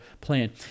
plan